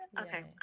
Okay